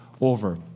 over